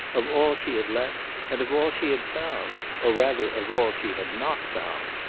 of all she had left, and of all she had found, or rather of all she had not found,